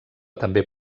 també